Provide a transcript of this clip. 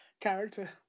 character